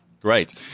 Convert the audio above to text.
Great